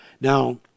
Now